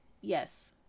yes